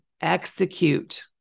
execute